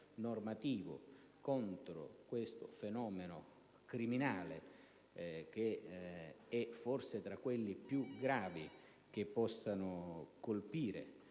contro questo fenomeno criminale, che forse è tra quelli più gravi che possono colpire